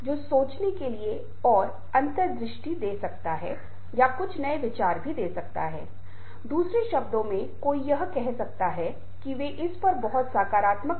इसलिए यह आवश्यक था और मुझे आशा है कि आप इस बात से सहमत हैं कि इस प्रकार का आधार है और इस तरह का औचित्य क्यों है ऐसा क्यों है कि संचार के महोले को समझने नरम कौशल के संदर्भ में बहुत प्रासंगिक है